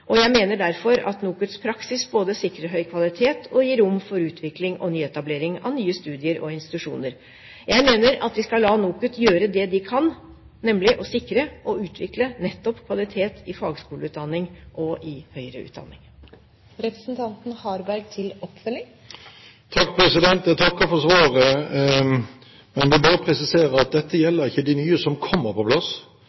og jeg mener derfor at NOKUTs praksis både sikrer høy kvalitet og gir rom for utvikling og etablering av nye studier og institusjoner. Jeg mener at vi skal la NOKUT gjøre det de kan, nemlig å sikre og utvikle nettopp kvalitet i fagskoleutdanning og i høyere utdanning. Jeg takker for svaret, men vil bare presisere at dette